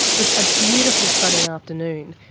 it's a beautiful sunny afternoon,